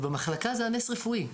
ובמחלקה זה היה נס רפואי,